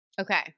Okay